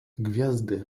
gwiazdy